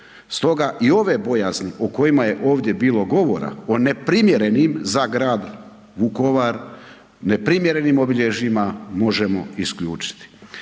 stoga i ove bojazni o kojima je ovdje bilo govora, o neprimjerenim za Grad Vukovar, neprimjerenim obilježjima možemo isključiti.